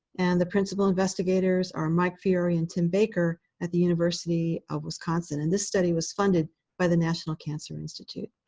and the principal investigators are mike fiore and tim baker, at the university of wisconsin. and this study was funded by the national cancer institute.